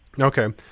Okay